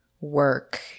work